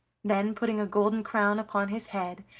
then, putting a golden crown upon his head,